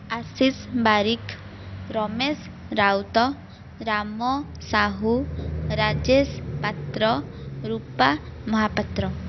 Ashish Barik Ramesh Rout Ram Sahu Rajesh Patra Rupa Mohapatra